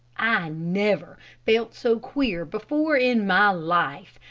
i never felt so queer before in my life,